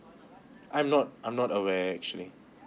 I'm not I'm not aware actually